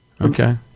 Okay